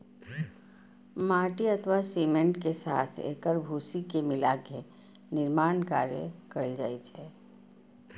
माटि अथवा सीमेंट के साथ एकर भूसी के मिलाके निर्माण कार्य कैल जाइ छै